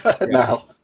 now